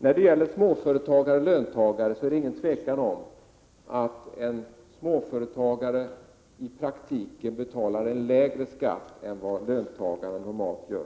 När det gäller småföretagare och löntagare vill jag säga att det inte är något tvivel om att en småföretagare i praktiken betalar en lägre skatt än vad en löntagare normalt gör.